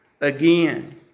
again